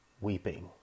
weeping